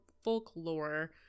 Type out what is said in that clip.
folklore